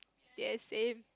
yes same